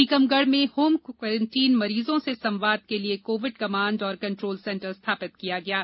टीकमगढ़ में home isolate मरीजों से संवाद के लिए Covid command and control centre स्थापित किया गया है